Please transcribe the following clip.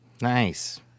Nice